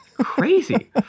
crazy